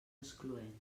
excloent